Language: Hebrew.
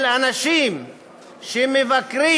אנשים שמבקרים,